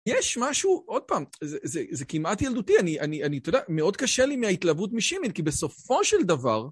יש משהו, עוד פעם, זה כמעט ילדותי, אני, אתה יודע, מאוד קשה לי מההתלהבות משימן, כי בסופו של דבר...